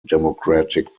democratic